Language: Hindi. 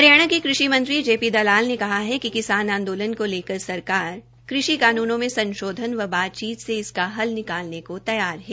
हरियाणा के कृषि मंत्री जे पी दलाल ने कहा है कि किसान आंदोलन को लेकर सरकार कृषि कानूनों में संशोधन व बातचीत से इसका हल निकालने को तैयार है